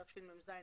התשמ"ז-1987.